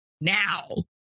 now